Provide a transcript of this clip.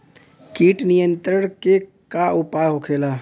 कीट नियंत्रण के का उपाय होखेला?